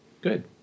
Good